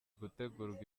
gutegurwa